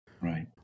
Right